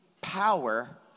power